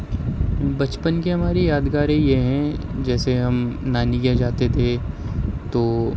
بچپن کی ہماری یادگاریں یہ ہیں جیسے ہم نانی کے یہاں جاتے تھے تو